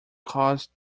caused